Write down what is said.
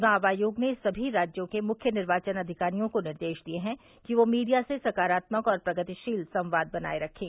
चुनाव आयोग ने सभी राज्यों के मुख्य निर्वाचन अधिकारियों को निर्देश दिए है कि वे मीडिया से सकारात्मक और प्रगतिशील संवाद बनाए रखें